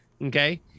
Okay